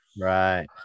Right